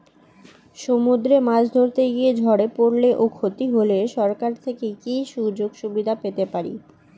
সমুদ্রে মাছ ধরতে গিয়ে ঝড়ে পরলে ও ক্ষতি হলে সরকার থেকে কি সুযোগ সুবিধা পেতে পারি?